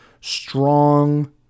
strong